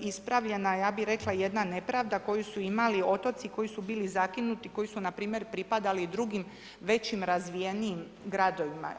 ispravljena ja bih rekla jedna nepravda koju su imali otoci koji su bili zakinuti, koji su npr. pripadali drugim većim razvijenim gradovima.